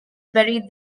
buried